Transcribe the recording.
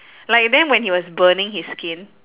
like then when he was burning his skin